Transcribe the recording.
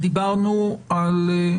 הדברים שעלו